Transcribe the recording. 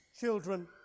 children